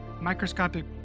microscopic